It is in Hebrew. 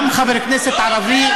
גם חבר כנסת ערבי,